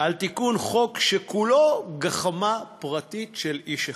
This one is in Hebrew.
על תיקון חוק שכולו גחמה פרטית של איש אחד,